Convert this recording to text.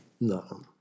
No